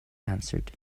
answered